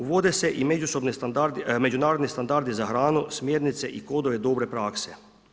Uvode se i međunarodni standardi za hranu, smjernice i kodove dobre prakse.